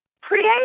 create